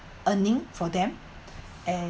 earning for them and